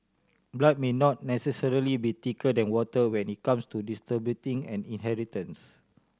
blood may not necessarily be thicker than water when it comes to distributing an inheritance